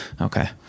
Okay